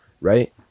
right